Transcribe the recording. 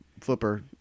Flipper